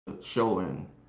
showing